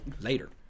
Later